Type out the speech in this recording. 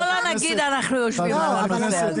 בוא לא נגיד אנחנו יושבים על הנושא הזה.